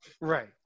Right